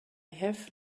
have